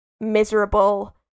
miserable